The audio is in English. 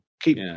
Keep